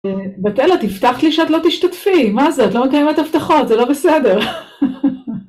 בת-אל, את הבטחת לי שאת לא תשתתפי, מה זה? את לא מקיימת ההבטחות, זה לא בסדר.